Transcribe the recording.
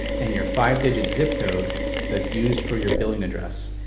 and your five digit zip code that's used for your billing address.